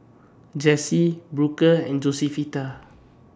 Jessie Booker and Josefita